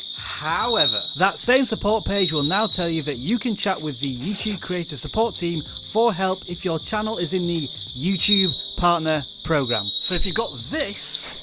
however that same support page will now tell you that you can chat with the youtube creator support team for help if your channel is in the youtube partner program. so if you got this,